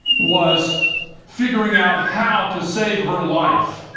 was figuring out how to save her life